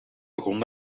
begon